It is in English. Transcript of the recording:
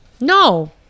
No